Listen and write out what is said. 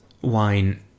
wine